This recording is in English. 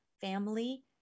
family